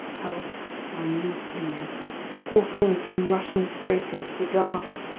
health, my means to live all things seem rushing straight into the dark.